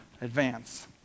advance